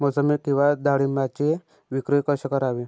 मोसंबी किंवा डाळिंबाची विक्री कशी करावी?